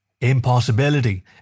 Impossibility